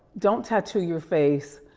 don't tattoo your face.